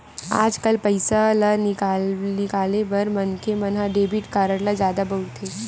आजकाल पइसा ल निकाले बर मनखे मन ह डेबिट कारड ल जादा बउरथे